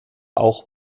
auch